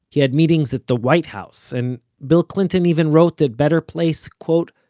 he had meetings at the white house and bill clinton even wrote that better place, quote,